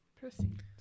proceed